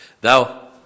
Thou